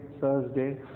Thursday